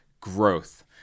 growth